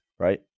Right